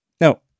Now